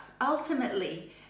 ultimately